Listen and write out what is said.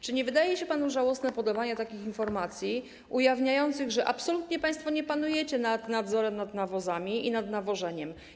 Czy nie wydaje się panu żałosne podawanie takich informacji ujawniających, że absolutnie państwo nie panujecie nad nadzorem nad nawozami i nad nawożeniem?